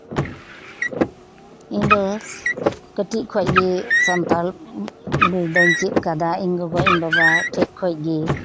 ᱤᱧ ᱫᱚ ᱠᱟᱹᱴᱤᱡ ᱠᱷᱚᱱ ᱜᱮ ᱥᱟᱱᱛᱟᱞ ᱨᱚᱲ ᱫᱚᱧ ᱪᱮᱫ ᱠᱟᱫᱟ ᱤᱧ ᱜᱚᱜᱚ ᱤᱧ ᱵᱟᱵᱟ ᱴᱷᱮᱱ ᱠᱷᱚᱱ ᱜᱮ